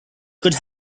could